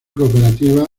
cooperativas